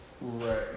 Right